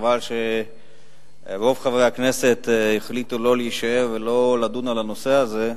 וחבל שרוב חברי הכנסת החליטו שלא להישאר ולא לדון על הנושא הזה.